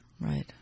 Right